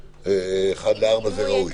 4:1 זה ראוי.